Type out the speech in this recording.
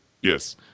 Yes